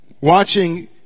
watching